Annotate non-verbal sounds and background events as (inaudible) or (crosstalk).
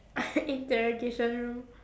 (coughs) interrogation room